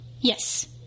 Yes